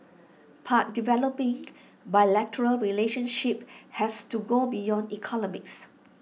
but developing bilateral relationships has to go beyond economics